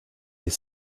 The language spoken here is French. est